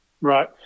Right